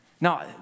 Now